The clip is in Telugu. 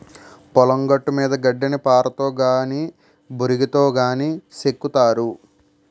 పొలం గట్టుమీద గడ్డిని పారతో గాని బోరిగాతో గాని సెక్కుతారు